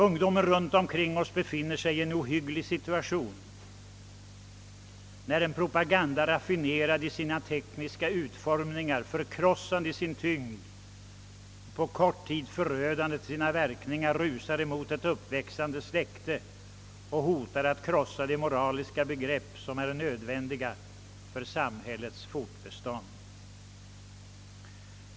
Ungdomen runt omkring oss befinner sig i en ohygglig situation, när en propaganda, raffinerad i sin tekniska utformning, förkrossande i sin tyngd och på kort tid förödande till sina verkningar rusar emot ett uppväxande släkte och hotar att krossa de moraliska begrepp, som är nödvändiga för samhällets fortbestånd.